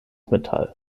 metall